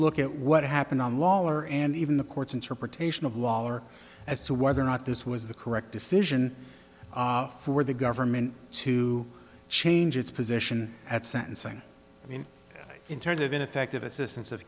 look at what happened on lawler and even the court's interpretation of lawler as to whether or not this was the correct decision for the government to change its position at sentencing i mean in terms of ineffective assistance of